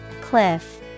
cliff